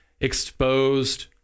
exposed